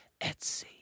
Etsy